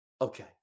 Okay